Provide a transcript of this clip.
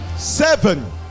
Seven